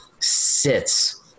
sits